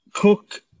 Cook